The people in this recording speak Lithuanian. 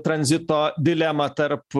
tranzito dilemą tarp